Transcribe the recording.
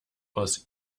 aus